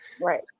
Right